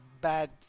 bad